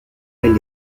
elle